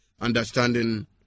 understanding